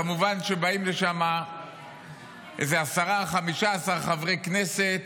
כמובן שבאים לשם איזה 10 או 15 חברי כנסת